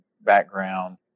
background